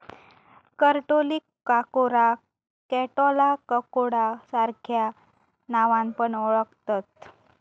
करटोलीक काकोरा, कंटॉला, ककोडा सार्ख्या नावान पण ओळाखतत